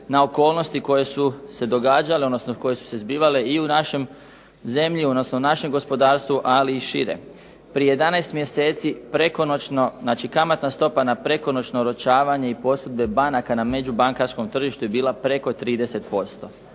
na okolnosti koje su se događale, odnosno koje su se zbivale i u našoj zemlji, odnosno našem gospodarstvu ali i šire. Prije 11 mjeseci prekonoćno, znači kamatna stopa na prekonoćno oročavanje i posudbe banaka na međubankarskom tržištu je bila preko 30%.